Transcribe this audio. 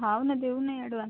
हो ना देऊ ना एडवान्स